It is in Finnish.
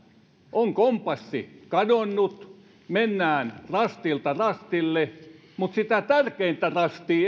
on kompassi kadonnut mennään rastilta rastille mutta ei löydy sitä tärkeintä rastia